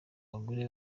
bagore